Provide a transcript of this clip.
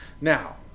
Now